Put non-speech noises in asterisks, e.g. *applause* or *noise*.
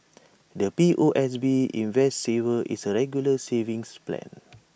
*noise* the P O S B invest saver is A regular savings plan